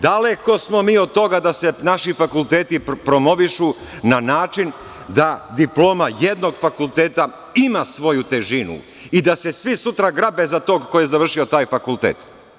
Daleko smo mi od toga da se naši fakulteti promovišu na način da diploma jednog fakulteta ima svoju težinu i da se svi sutra grabe za tog ko je završio taj fakultet.